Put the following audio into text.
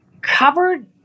covered